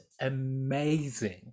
amazing